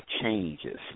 changes